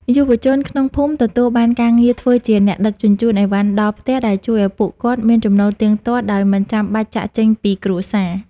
យុវជនក្នុងភូមិទទួលបានការងារធ្វើជាអ្នកដឹកជញ្ជូនអីវ៉ាន់ដល់ផ្ទះ ដែលជួយឱ្យពួកគាត់មានចំណូលទៀងទាត់ដោយមិនចាំបាច់ចាកចេញពីគ្រួសារ។